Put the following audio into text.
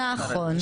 נכון.